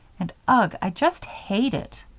and ugh! i just hate it.